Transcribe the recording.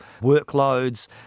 workloads